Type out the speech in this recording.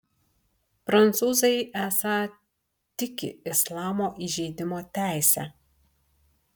prancūzai esą tiki islamo įžeidimo teise